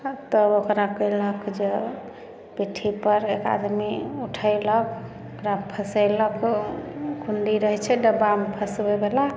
तब ओकरा केलक जे पिठ्ठी पर एक आदमी उठेलक ओकरा फसेलक कुण्डी रहै छै डब्बामे फसबै बला